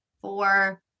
four